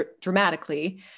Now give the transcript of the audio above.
dramatically